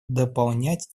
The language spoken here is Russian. дополнять